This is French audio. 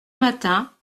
matin